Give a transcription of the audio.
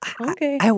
Okay